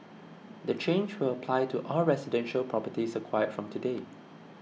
the change will apply to all residential properties acquired from today